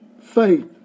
faith